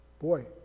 Boy